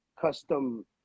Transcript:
custom